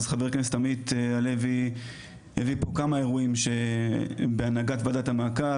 אז חבר הכנסת עמית הלוי הביא פה כמה אירועים שהם בהנהגת ועדת המעקב,